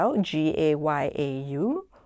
G-A-Y-A-U